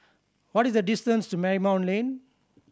what is the distance to Marymount Lane